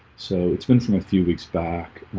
so it's been from a few weeks back